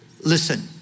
listen